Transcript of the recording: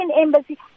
embassy